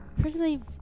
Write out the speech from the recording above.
personally